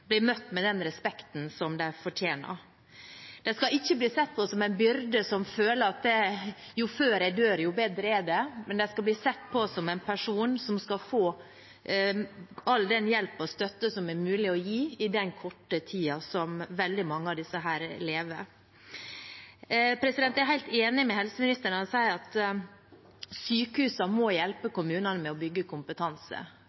blir møtt med den respekten de fortjener. De skal ikke bli sett på som en byrde og føle at jo før de dør, jo bedre er det. De skal bli sett på som personer som skal få all den hjelp og støtte som det er mulig å gi i den korte tiden som veldig mange av disse lever. Jeg er helt enig med helseministeren når han sier at sykehusene må hjelpe